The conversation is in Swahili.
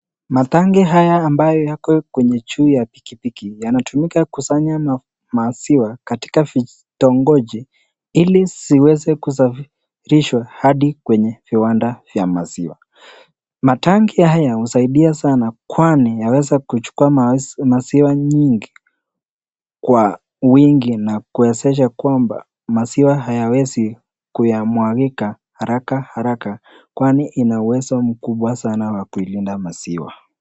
Matangi haya ambayo yako kwenye juu ya pikipiki yanatumika kusanya maziwa katika vitongoji ili ziweze kusafirishwa hadi kwenye viwanda vya maziwa. Matangi haya husaidia sana kwani yaweza kuchukua maziwa nyingi kwa wingi, na kuwezesha kwamba maziwa hayawezi kuyamwagika haraka haraka kwani ina uwezo mkubwa sana wa kuilinda maziwa.